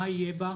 מה יהיה בה,